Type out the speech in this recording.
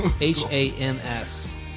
H-A-M-S